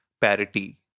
parity